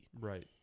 Right